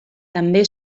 també